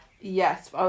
Yes